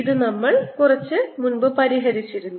ഇത് നമ്മൾ കുറച്ച് പരിഹരിച്ചിരുന്നു